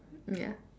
ya